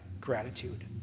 gratitude